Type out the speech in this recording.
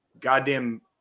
goddamn